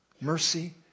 mercy